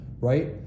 right